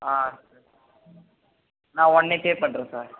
நான் உடனே பே பண்ணுறேன் சார்